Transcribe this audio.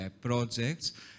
projects